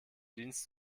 dienst